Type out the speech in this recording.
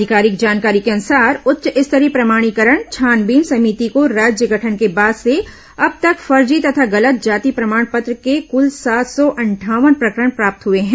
अधिकारिक जानकारी के अनुसार उच्च स्तरीय प्रमाणीकरण छानबीन समिति को राज्य गठन के बाद से अब तक फर्जी तथा गलत जाति प्रमाण पंत्र के कल सात सौ अंठावन प्रकरण प्राप्त हुए हैं